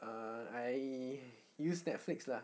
uh I use netflix lah